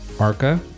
arca